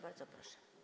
Bardzo proszę.